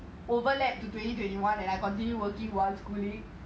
overlap into twenty twenty one and I continue working while schooling